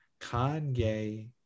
Kanye